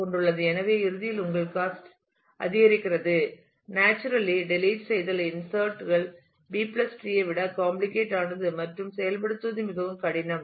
எனவே இறுதியில் உங்கள் காஸ்ட் அதிகரிக்கிறது நேச்சுரலி டெலிட் செய்தல் இன்சர்ட் கள் B டிரீ ஐ விட காம்ப்ளிகேட் ஆனது மற்றும் செயல்படுத்துவது மிகவும் கடினம்